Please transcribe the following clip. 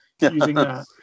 using